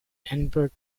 edinburgh